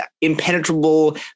impenetrable